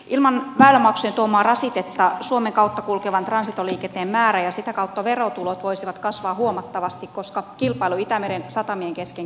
ilman väylämaksujen tuomaa rasitetta suomen kautta kulkevan transitoliikenteen määrä ja sitä kautta verotulot voisivat kasvaa huomattavasti koska kilpailu itämeren satamien kesken kiihtyy